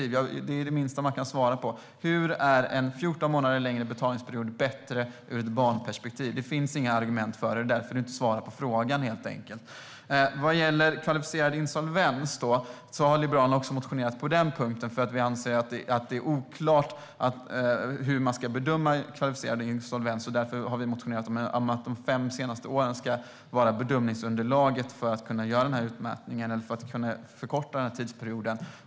Det är det minsta man kan svara på. Hur är en 14 månader längre betalningsperiod bättre ur ett barnperspektiv? Det finns inga argument för, och det är därför du inte svarar på frågan, Hillevi Larsson. Vad gäller kvalificerad insolvens har Liberalerna motionerat på den punkten, för vi anser att det är oklart hur det ska bedömas. Vi har därför motionerat om att de senaste åren ska vara bedömningsunderlag för att kunna göra utmätning eller förkorta tidsperioden.